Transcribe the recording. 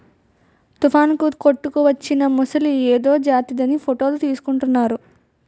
తుఫానుకు కొట్టుకువచ్చిన మొసలి ఏదో జాతిదని ఫోటోలు తీసుకుంటున్నారు